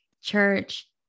church